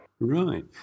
Right